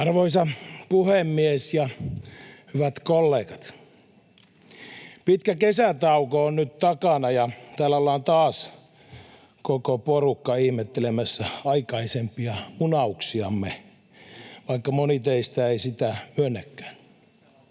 Arvoisa puhemies ja hyvät kollegat! Pitkä kesätauko on nyt takana, ja täällä ollaan taas, koko porukka, ihmettelemässä aikaisempia munauksiamme, vaikka moni teistä ei sitä myönnäkään